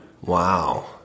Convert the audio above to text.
wow